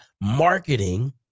marketing